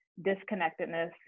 Disconnectedness